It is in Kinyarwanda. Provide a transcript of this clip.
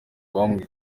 bamwe